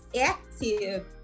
active